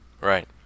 Right